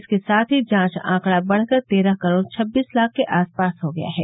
इसके साथ ही जांच आंकड़ा बढ़कर तेरह करोड़ छब्बीस लाख के आसपास हो गया है